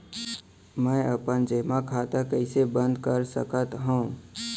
मै अपन जेमा खाता कइसे बन्द कर सकत हओं?